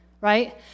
Right